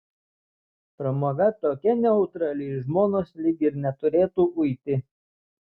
pramoga tokia neutrali žmonos lyg ir neturėtų uiti